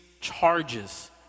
charges